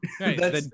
Right